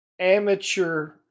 amateur